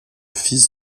fils